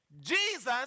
Jesus